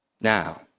Now